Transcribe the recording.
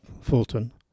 Fulton